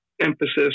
emphasis